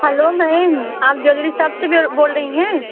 hello ma'am आप jewellery shop से बोल रही हैं